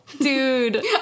Dude